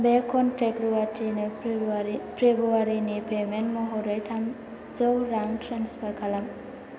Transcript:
बे कनटेक्ट रुवाथिनो फ्रेब्रुवारिनि पेमेन्ट महरै थामजौ रां ट्रेन्सफार खालाम